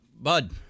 bud